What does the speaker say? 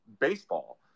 baseball